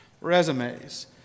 Resumes